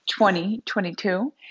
2022